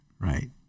Right